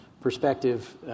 perspective